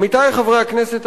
עמיתי חברי הכנסת,